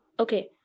Okay